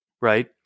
right